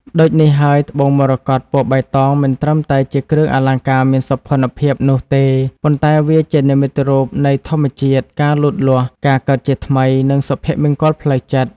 ដូចនេះហើយត្បូងមរកត ពណ៌បៃតង មិនត្រឹមតែជាគ្រឿងអលង្ការមានសោភ័ណភាពនោះទេ ប៉ុន្តែវាជានិមិត្តរូបនៃ ធម្មជាតិ ការលូតលាស់ ការកើតជាថ្មី និងសុភមង្គលផ្លូវចិត្ត។